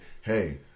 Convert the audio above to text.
Hey